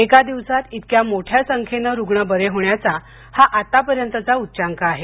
एक दिवसात इतक्या मोठ्या संख्येन रुग्ण बरे होण्याचा हा आत्तापर्यंतचा उच्चांक आहे